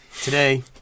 Today